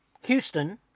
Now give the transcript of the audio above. Houston